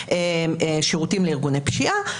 שנותנים שירותים לארגוני פשיעה,